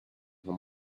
her